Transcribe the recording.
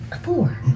four